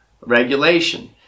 regulation